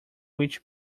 which